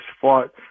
fought